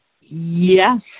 yes